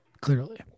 Clearly